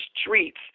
streets